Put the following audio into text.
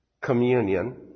communion